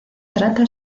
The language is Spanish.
trata